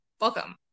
welcome